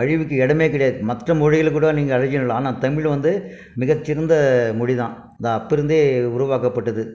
அழிவுக்கு இடமே கிடையாது மற்ற மொழிகளை கூட நீங்கள் அழிச்சுட்லாம் ஆனால் தமிழை வந்து மிகச்சிறந்த மொழிதான் அது அப்போருந்தே உருவாக்கப்பட்டது